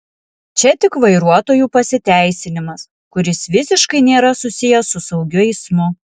čia tik vairuotojų pasiteisinimas kuris visiškai nėra susijęs su saugiu eismu